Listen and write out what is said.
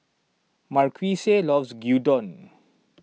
Marquise loves Gyudon